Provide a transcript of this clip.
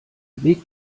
weg